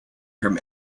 from